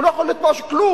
הוא לא יכול לדרוש כלום.